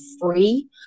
free